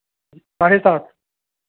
साढ़े सात